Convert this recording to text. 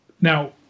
Now